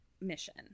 mission